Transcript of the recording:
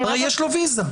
הרי יש לו ויזה.